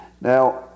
Now